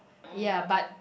ya but